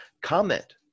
Comment